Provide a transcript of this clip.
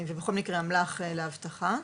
ובכל מקרה אמל"ח לאבטחה.